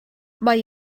mae